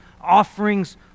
offerings